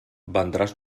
vendràs